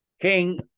King